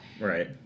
Right